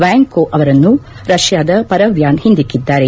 ವ್ಯಾಂಗ್ಕೊ ಅವರನ್ನು ರಷ್ಯಾದ ಪರವ್ಯಾನ್ ಹಿಂದಿಕ್ಷಿದ್ದಾರೆ